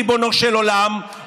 ריבונו של עולם,